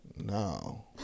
No